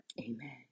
Amen